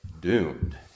Doomed